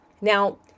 Now